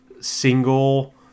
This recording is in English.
single